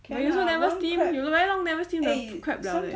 but you also never steam you very long never steam the crab liao leh